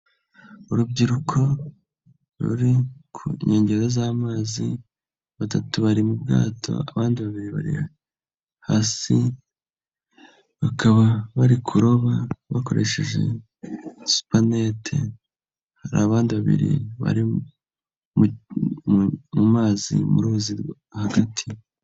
Urubyiruko ruri ku nkengero z'amazi, batatu bari mu bwato, abandi babiri bari hasi, bakaba bari kuroba bakoresheje spaninete. Hari abandi babiri bari mu mazi mu ruzi hagati.